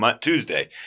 Tuesday